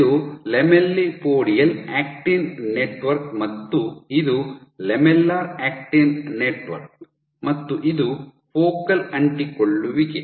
ಇದು lamellipodial actin network ಮತ್ತು ಇದು ಲ್ಯಾಮೆಲ್ಲರ್ ಆಕ್ಟಿನ್ ನೆಟ್ವರ್ಕ್ ಮತ್ತು ಇದು ಫೋಕಲ್ ಅಂಟಿಕೊಳ್ಳುವಿಕೆ